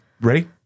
ready